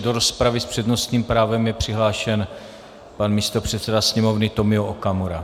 Do rozpravy je s přednostním právem přihlášen pan místopředseda Sněmovny Tomio Okamura.